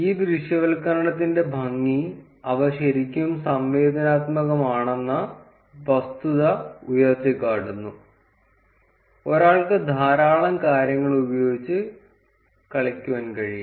ഈ ദൃശ്യവൽക്കരണത്തിന്റെ ഭംഗി അവ ശരിക്കും സംവേദനാത്മകമാണെന്ന വസ്തുത ഉയർത്തിക്കാട്ടുന്നു ഒരാൾക്ക് ധാരാളം കാര്യങ്ങൾ ഉപയോഗിച്ച് കളിക്കാൻ കഴിയും